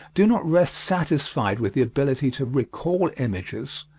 do not rest satisfied with the ability to recall images,